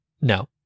No